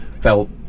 felt